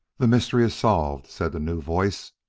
the mystery is solved, said the new voice.